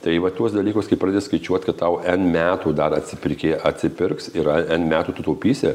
tai va tuos dalykus kai pradės skaičiuot kad tau n metų dar atsipirki atsipirks ir n metų tu taupysi